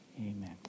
Amen